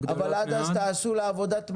אבל עד אז תעשו לה עבודת מטה.